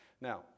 Now